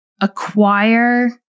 acquire